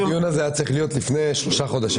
שהדיון הזה היה צריך להיות לפני שלושה חודשים,